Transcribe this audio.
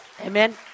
Amen